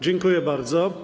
Dziękuję bardzo.